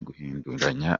guhinduranya